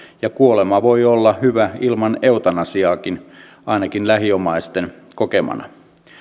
ja kuolema voi olla hyvä ilman eutanasiaakin ainakin lähiomaisten kokemana